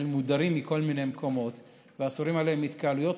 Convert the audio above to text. מודרים מכל מיני מקומות ואסורה עליהם התקהלות,